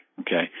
Okay